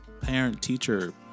parent-teacher